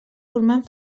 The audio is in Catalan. formant